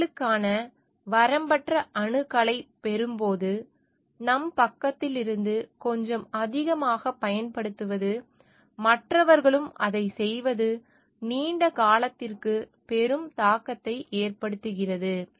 வளங்களுக்கான வரம்பற்ற அணுகலைப் பெறும்போது நம் பக்கத்தில் இருந்து கொஞ்சம் அதிகமாகப் பயன்படுத்துவது மற்றவர்களும் அதைச் செய்வது நீண்ட காலத்திற்கு பெரும் தாக்கத்தை ஏற்படுத்துகிறது